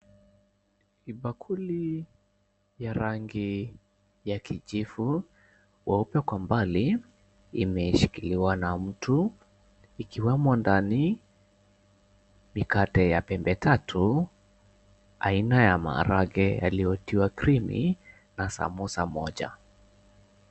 Kibakuli ya rangi ya kijivu weupe kwa mbali imeshikiliwa na mtu ikiwemo ndani mikate ya pembe tatu aina ya maharagwe yaliyotiwa krimu na samosa moja.